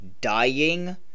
dying